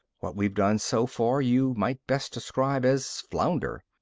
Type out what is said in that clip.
what we've done so far, you might best describe as flounder.